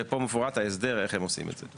ופה מפורט ההסדר איך הם עושים את זה.